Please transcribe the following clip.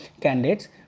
candidates